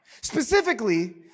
specifically